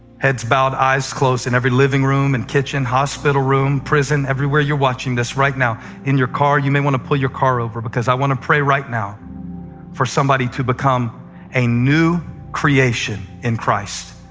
heads bowed, eyes closed in every living room and kitchen, hospital room, prison, everywhere you're watching this right now in your car. you may want to pull your car over, because i want to pray right now for somebody to become a new creation in christ.